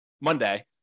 monday